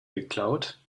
geklaut